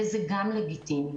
וזה גם לגיטימי.